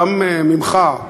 גם ממך,